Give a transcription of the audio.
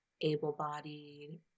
able-bodied